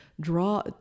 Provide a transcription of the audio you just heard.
draw